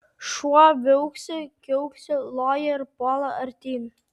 šuo viauksi kiauksi loja ir puola artyn